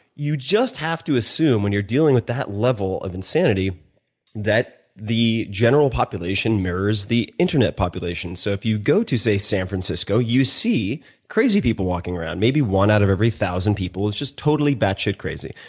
you just have to assume when you are dealing with that level of insanity that the general population mirrors the intent population. so, if you go to say san francisco, you see crazy people walking around. maybe one out of every one thousand people is just totally bat shit crazy.